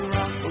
Rock